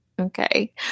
Okay